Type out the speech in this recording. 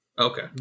Okay